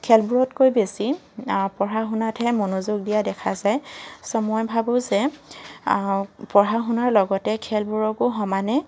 খেলবোৰতকৈ বেছি পঢ়া শুনাতহে মন দিয়া দেখা যায় ছ' মই ভাবোঁ যে পঢ়া শুনাৰ লগতে খেলবোৰকো সমানে